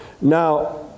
Now